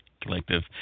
Collective